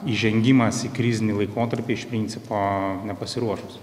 įžengimas į krizinį laikotarpį iš principo nepasiruošus